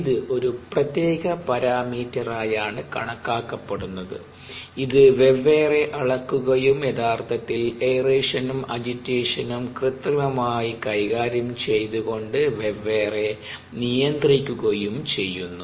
ഇത് ഒരു പ്രത്യേക പരാമീറ്ററായാണ് കണക്കാക്കപ്പെടുന്നത് ഇത് വെവ്വേറെ അളക്കുകയും യഥാർത്ഥത്തിൽ എയറേഷനും അജിറ്റേഷനും കൃത്രിമമായി കൈകാര്യം ചെയ്തുകൊണ്ട് വെവ്വേറെ നിയന്ത്രിക്കുകയും ചെയ്യുന്നു